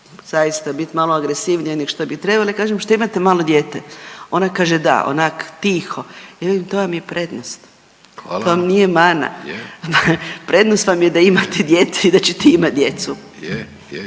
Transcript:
zaista biti malo agresivnija nego što bi trebalo, ja kažem šta imate malo dijete. Ona kaže da onako tiho. Ja velim to vam je prednost …/Upadica: Hvala./… to vam nije mana. Prednost vam je da imate dijete i da ćete imati djecu.